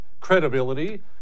credibility